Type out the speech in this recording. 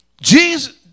Jesus